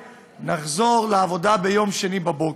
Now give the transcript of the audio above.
ונחזור לעבודה ביום שני בבוקר.